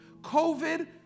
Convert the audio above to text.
COVID